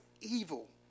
evil